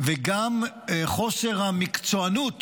וגם חוסר המקצוענות